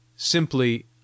Simply